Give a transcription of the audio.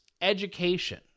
education